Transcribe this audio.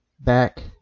back